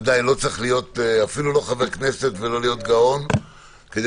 לא צריך להיות לא חבר כנסת ולא גאון כדי